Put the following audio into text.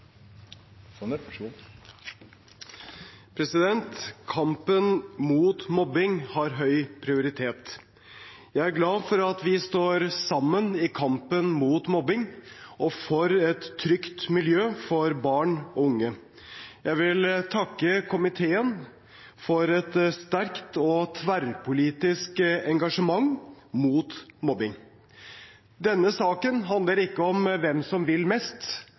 glad for at vi står sammen i kampen mot mobbing og for et trygt miljø for barn og unge. Jeg vil takke komiteen for et sterkt og tverrpolitisk engasjement mot mobbing. Denne saken handler ikke om hvem som vil mest,